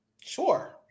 Sure